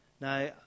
Now